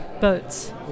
boats